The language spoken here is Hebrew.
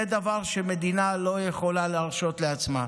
זה דבר שמדינה לא יכולה להרשות לעצמה.